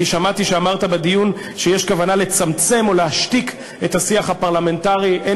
כי שמעתי שאמרת בדיון שיש כוונה לצמצם או להשתיק את השיח הפרלמנטרי.